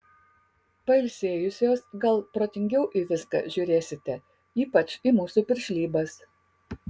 pailsėjusios gal protingiau į viską žiūrėsite ypač į mūsų piršlybas